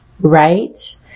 right